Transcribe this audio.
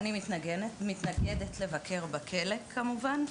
אני מתנגדת לבקר בכלא, כמובן.